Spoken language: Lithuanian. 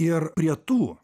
ir prie tų